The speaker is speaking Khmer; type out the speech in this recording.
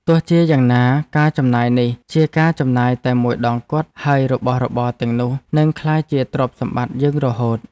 ទោះជាយ៉ាងណាការចំណាយនេះជាការចំណាយតែមួយដងគត់ហើយរបស់របរទាំងនោះនឹងក្លាយជាទ្រព្យសម្បត្តិយើងរហូត។